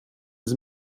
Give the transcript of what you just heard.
sie